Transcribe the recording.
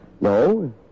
No